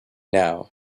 now